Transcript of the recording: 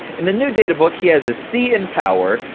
in the new databook, he has a c in power,